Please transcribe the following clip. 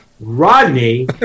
Rodney